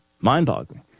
mind-boggling